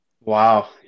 Wow